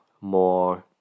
more